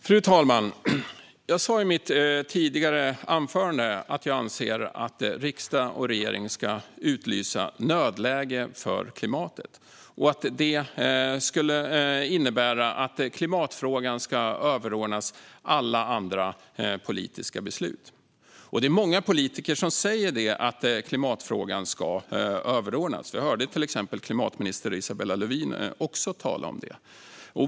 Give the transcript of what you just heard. Fru talman! Jag sa i mitt tidigare anförande att jag anser att riksdag och regering ska utlysa nödläge för klimatet. Det skulle innebära att klimatfrågan ska överordnas alla andra politiska beslut. Och det är många politiker som säger att klimatfrågan ska överordnas. Vi hörde till exempel också klimatminister Isabella Lövin tala om det.